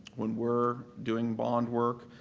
when we're doing bond work.